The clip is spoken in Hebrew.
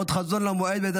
עוד חזון למועד.